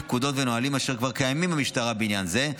פקודות ונהלים אשר כבר קיימים במשטרה בעניין זה,